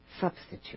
substitute